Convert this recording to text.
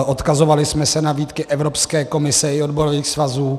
Odkazovali jsme se na výtky Evropské komise i odborových svazů.